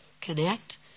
connect